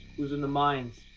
who's in the mines?